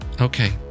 Okay